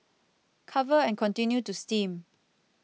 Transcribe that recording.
cover and continue to steam